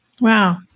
Wow